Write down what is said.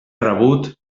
rebut